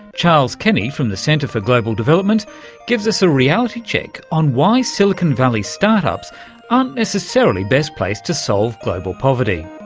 charles kenny from the centre for global development gives us a reality check on why silicon valley start-ups aren't necessarily best placed to solve global poverty.